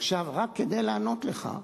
עכשיו, רק כדי לענות לך,